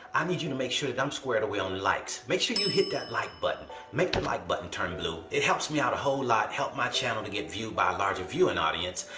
i need you to make sure that i'm squared away on likes. make sure you hit that like button. make the like button turn blue. it helps me out a whole lot, help my channel to get viewed by a larger viewing audience.